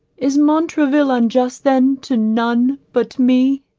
is montraville unjust then to none but me.